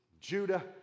judah